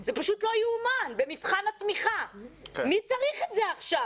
זה פשוט לא יאומן, מי צריך את זה עכשיו?